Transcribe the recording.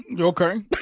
Okay